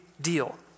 deal